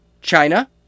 China